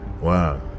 wow